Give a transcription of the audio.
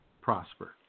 prosper